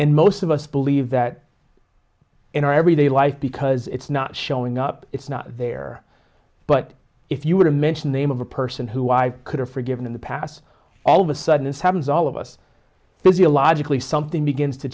and most of us believe that in our everyday life because it's not showing up it's not there but if you were to mention the name of the person who i could have forgiven in the past all of a sudden this happens all of us physiologically something begins to